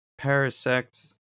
parasects